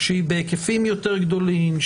שהיא בהיקפים יותר גדולים,